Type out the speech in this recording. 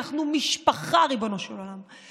אנחנו משפחה, ריבונו של עולם.